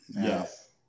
Yes